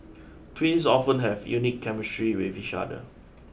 twins often have a unique chemistry with each other